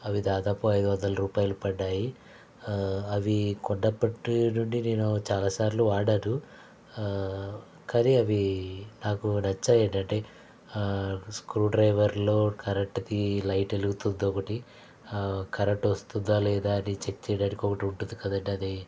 అవి దాదాపు ఐదు వందల రూపాయలు పడ్డాయి అవి కొన్నప్పటి నుండి నేను చాలా సార్లు వాడాను కానీ అవి నాకు నచ్చాయి ఏంటంటే స్క్రూ డ్రైవర్లు కరెంట్ కి లైట్ వెలుగుతుందొకటి కరెక్ట్ వస్తుందా లేదా అని చెక్ చేయడానికి ఒకటి ఉంటుంది కదండి అది